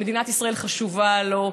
מדינת ישראל חשובה לו,